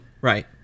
Right